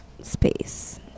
space